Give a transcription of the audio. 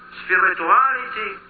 spirituality